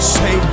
say